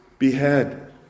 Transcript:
behead